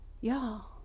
Y'all